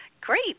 Great